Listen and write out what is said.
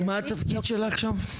מה התפקיד שלך שם?